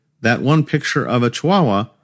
that-one-picture-of-a-chihuahua